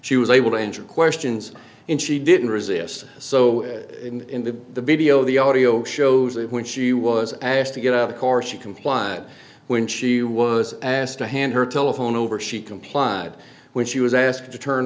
she was able to answer questions and she didn't resist so in the video the audio shows that when she was asked to get out the car she complied when she was asked to hand her telephone over she complied when she was asked to turn